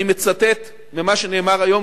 אני מצטט ממה שנאמר היום,